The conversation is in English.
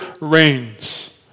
reigns